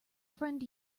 friend